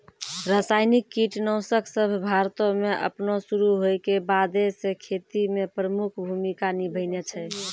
रसायनिक कीटनाशक सभ भारतो मे अपनो शुरू होय के बादे से खेती मे प्रमुख भूमिका निभैने छै